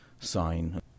sign